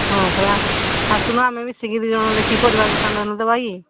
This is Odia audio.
ହଁ ପରା ଆସୁନ ଆମେ ମିଶିକି ଦୁଇ ଜଣ ଦେଖି ପରିବା ଦୋକାନ ନ ହେଲେ ଦବା କି